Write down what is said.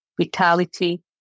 vitality